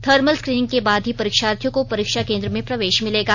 thermal screening के बाद ही परीक्षार्थियों को परीक्षा केन्द्र में प्रवेश मिलेगा